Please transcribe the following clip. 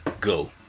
go